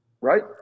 Right